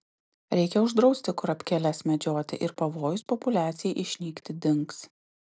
reikia uždrausti kurapkėles medžioti ir pavojus populiacijai išnykti dings